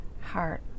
heart